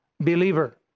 believer